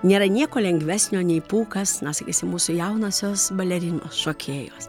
nėra nieko lengvesnio nei pūkas na sakysim mūsų jaunosios balerinos šokėjos